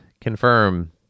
confirm